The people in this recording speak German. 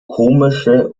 komische